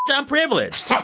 i'm privileged.